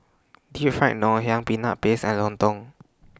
Deep Fried Ngoh Hiang Peanut Paste and Lontong